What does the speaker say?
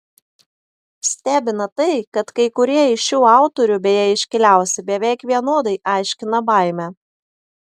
stebina tai kad kai kurie iš šių autorių beje iškiliausi beveik vienodai aiškina baimę